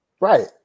Right